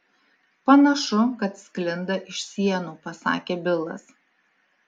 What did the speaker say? panašu kad sklinda iš sienų pasakė bilas